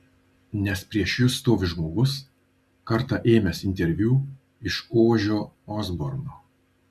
nes prieš jus stovi žmogus kartą ėmęs interviu iš ožio osborno